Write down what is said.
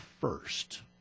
first